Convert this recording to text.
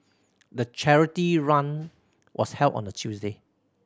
the charity run was held on a Tuesday